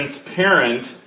transparent